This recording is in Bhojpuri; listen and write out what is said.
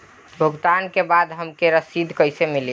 भुगतान के बाद हमके रसीद कईसे मिली?